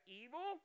evil